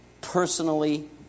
Personally